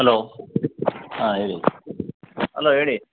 hello ಹಾಂ ಹೇಳಿ hello ಹೇಳಿ